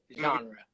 genre